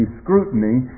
scrutiny